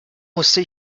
musste